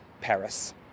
Paris